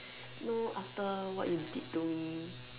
no after what you did to me